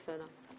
בסדר.